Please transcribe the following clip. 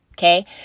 Okay